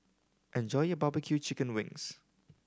enjoy your barbecue chicken wings